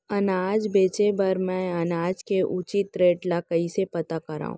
अनाज बेचे बर मैं अनाज के उचित रेट ल कइसे पता करो?